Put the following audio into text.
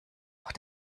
auch